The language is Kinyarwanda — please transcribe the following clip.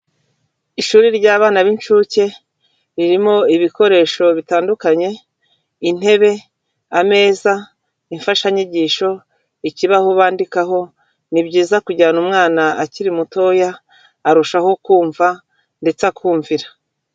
Ishuri ry'abana b'inshuke, ririmo ibikoresho bitandukanye, intebe, ameza, imfashanyigisho, ikibaho bandikaho, ni byiza kujyana umwana akiri mutoya, arushaho kumva ndetse akumvira.